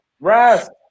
rest